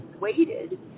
waited